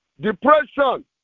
Depression